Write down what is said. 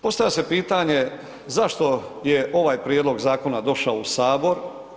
Postavlja se pitanje zašto je ovaj prijedlog zakona došao u Sabor.